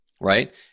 right